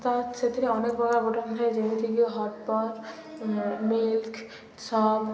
ତ ସେଥିରେ ଅନେକ ପ୍ରକାର ବଟନ୍ ଥାଏ ଯେମିତିକି ହଟ୍ ମିଲ୍କ ସପ୍